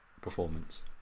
performance